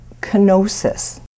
kenosis